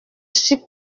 suis